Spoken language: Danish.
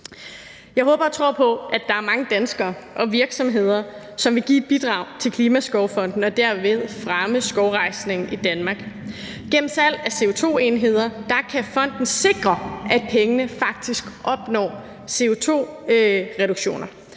Jeg håber og tror på, at der er mange danskere og virksomheder, som vil give et bidrag til Klimaskovfonden og derved fremme skovrejsning i Danmark. Gennem salg af CO2-enheder kan fonden sikre, at man faktisk opnår CO2-reduktioner,